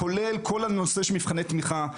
כולל כל הנושא של מבחני תמיכה,